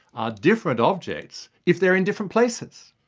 are different objects if they're in different places.